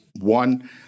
one